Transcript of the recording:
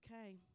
Okay